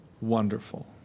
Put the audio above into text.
wonderful